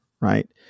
right